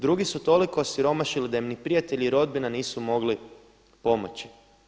Drugi su toliko osiromašili da im ni prijatelji i rodbina nisu mogli pomoći.